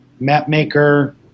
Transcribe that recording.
MapMaker